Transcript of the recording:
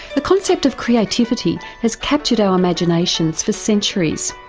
the concept of creativity has captured our imaginations for centuries.